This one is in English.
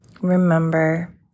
Remember